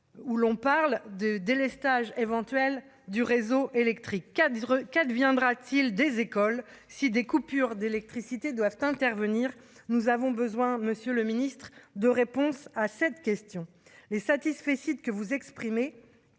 où l'on parle de délestage éventuelle du réseau électrique à dire, qu'adviendra-t-il des écoles si des coupures d'électricité doivent intervenir, nous avons besoin, Monsieur le Ministre, de réponse à cette question, les satisfecit que vous exprimez